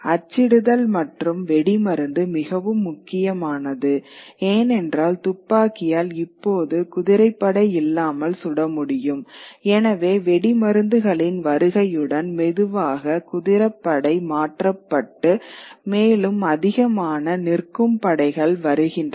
அச்சிடுதல் மற்றும் வெடி மருந்து மிகவும் முக்கியமானது ஏனென்றால் துப்பாக்கியால் இப்போது குதிரைப்படை இல்லாமல் சுட முடியும் எனவே வெடி மருந்துகளின் வருகையுடன் மெதுவாக குதிரைப்படை மாற்றப்பட்டு மேலும் அதிகமான நிற்கும் படைகள் வருகின்றன